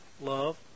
love